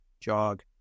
Jog